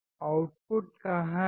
output कहां है